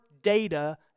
data